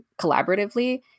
collaboratively